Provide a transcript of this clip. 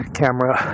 camera